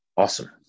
Awesome